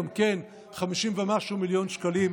50 ומשהו מיליון שקלים.